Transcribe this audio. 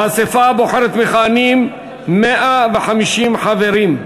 באספה הבוחרת מכהנים 150 חברים,